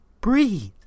breathe